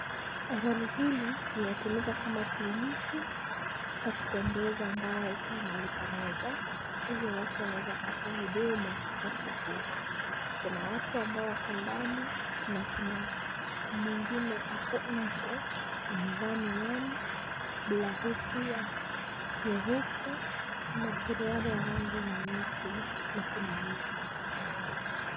Lori hili linatumika kama kliniki ya kutembeza ambayo haikai mahali pamoja. Hivyo watu wanaweza kupata huduma wakati huo. Kuna watu ambao wako ndani na kuna mwingine ako nje, amevaa miwani, blausi ya nyeupe, na suruari ya rangi nyeusi na kuna meza kando yake.